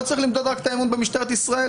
לא צריך למדוד רק את האמון במשטרת ישראל,